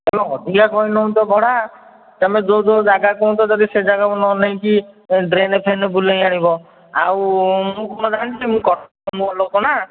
ତୁମେ ଅଧିକା କ'ଣ ନେଉଛ ଭଡ଼ା ତୁମେ ଯେଉଁ ଯେଉଁ ଜାଗା କହୁଛ ଯଦି ସେ ଜାଗାକୁ ନ ନେଇକି ଏ ଡ୍ରେନ୍ ଫ୍ରେନ୍ ବୁଲେଇ ଆଣିବ ଆଉ ମୁଁ କ'ଣ ଜାଣିଛି ମୁଁ କଟକ ନୂଆ ଲୋକ ନା